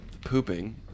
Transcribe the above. pooping